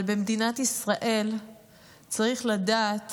אבל במדינת ישראל צריך לדעת